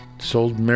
sold